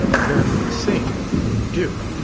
then, sing do.